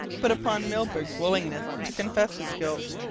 but upon milburgh's willingness to confess his guilt.